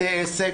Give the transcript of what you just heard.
בתי עסק,